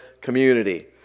community